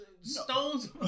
stones